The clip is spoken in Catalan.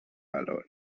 valor